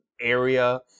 area